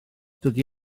dydy